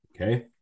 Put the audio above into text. Okay